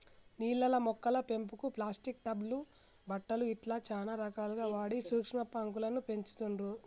నీళ్లల్ల మొక్కల పెంపుకు ప్లాస్టిక్ టబ్ లు బుట్టలు ఇట్లా చానా రకాలు వాడి సూక్ష్మ మొక్కలను పెంచుతుండ్లు